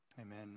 Amen